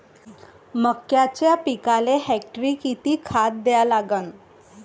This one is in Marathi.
मक्याच्या पिकाले हेक्टरी किती खात द्या लागन?